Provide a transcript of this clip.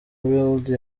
wilde